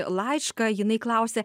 laišką jinai klausia